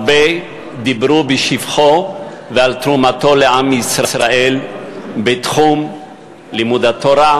הרבה דיברו בשבחו ועל תרומתו לעם ישראל בתחום לימוד התורה,